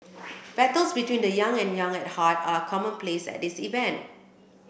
battles between the young and young at heart are commonplace at these event